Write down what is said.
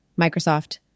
Microsoft